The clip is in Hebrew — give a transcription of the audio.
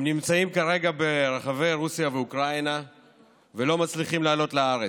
הם נמצאים כרגע ברחבי רוסיה ואוקראינה ולא מצליחים לעלות לארץ.